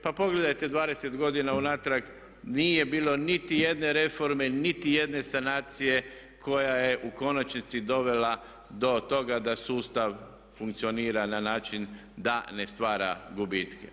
Pa pogledajte 20 godina unatrag nije bilo niti jedne reforme, niti jedne sanacije koja je u konačnici dovela do toga da sustav funkcionira na način da ne stvara gubitke.